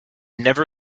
never